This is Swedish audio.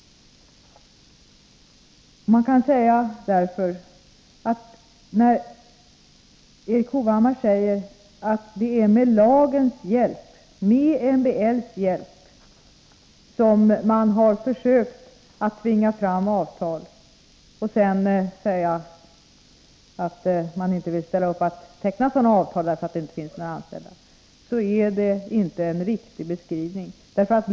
När Erik Hovhammar säger att det är med MBL:s hjälp som man har försökt tvinga fram avtal och sedan vägrat ställa upp och teckna sådana avtal därför att det inte finns några anställda, är detta inte en riktig beskrivning.